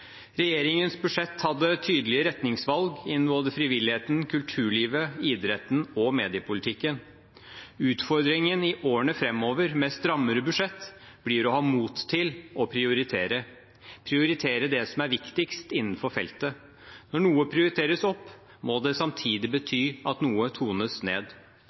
Regjeringens budsjett hadde tydelige retningsvalg innen både frivilligheten, kulturlivet, idretten og mediepolitikken. Utfordringen i årene framover med strammere budsjett blir å ha mot til å prioritere, prioritere det som er viktigst innenfor feltet. Når noe prioriteres opp, må det samtidig bety at noe tones ned.